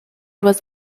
was